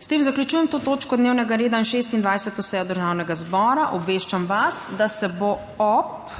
S tem zaključujem to točko dnevnega reda in 26. sejo Državnega zbora. Obveščam vas, da se bo ob